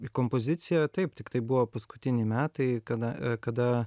į kompoziciją taip tiktai buvo paskutiniai metai kada kada